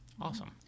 Awesome